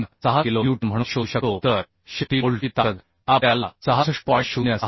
06 kilo newton म्हणून शोधू शकतो तर शेवटी बोल्टची ताकद आपल्या ला 66